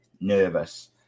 nervous